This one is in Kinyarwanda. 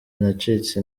nacitse